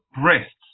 breasts